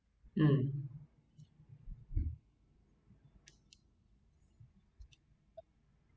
um